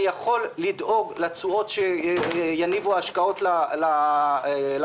אני יכול לדאוג לתשואות שיביאו ההשקעות למבוטח